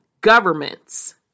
governments